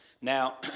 Now